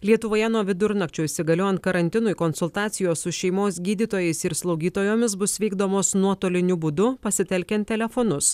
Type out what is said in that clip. lietuvoje nuo vidurnakčio įsigaliojant karantinui konsultacijos su šeimos gydytojais ir slaugytojomis bus vykdomos nuotoliniu būdu pasitelkiant telefonus